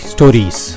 Stories